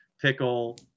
pickle